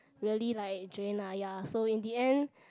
really like drained ah so in the end